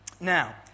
Now